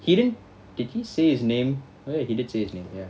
he did~ did he say his name oh ya he did say his name ya